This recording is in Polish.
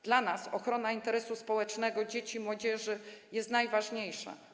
Dla nas ochrona interesu społecznego, dzieci i młodzieży jest najważniejsza.